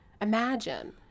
Imagine